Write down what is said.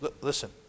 listen